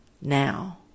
now